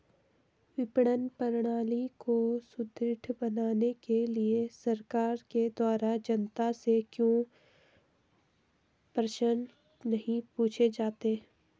विपणन प्रणाली को सुदृढ़ बनाने के लिए सरकार के द्वारा जनता से क्यों प्रश्न नहीं पूछे जाते हैं?